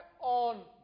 on